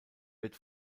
wird